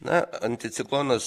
na anticiklonas